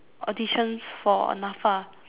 auditions for NAFA